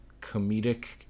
comedic